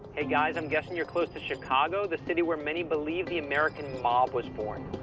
hey, guys. i'm guessing you're close to chicago the city where, many believe, the american mob was born.